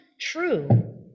true